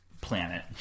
planet